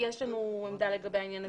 יש לנו עמדה לגבי העניין הזה.